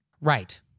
Right